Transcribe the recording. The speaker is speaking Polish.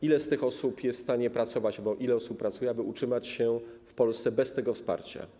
Ile z tych osób jest w stanie pracować albo ile osób pracuje, aby utrzymać się w Polsce bez tego wsparcia?